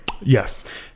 Yes